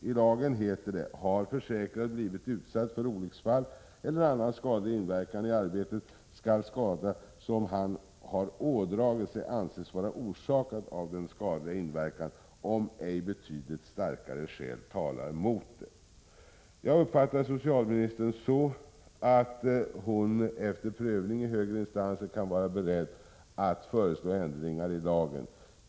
I lagen heter det: ”Har försäkrad blivit utsatt för olycksfall eller annan skadlig inverkan i arbetet, skall skada som han har ådragit sig anses vara orsakad av den skadliga inverkan, om ej betydligt starkare skäl talar mot det.” Jag uppfattar socialministern så, att hon efter prövning i högre instanser kan vara beredd att föreslå ändringar i lagen.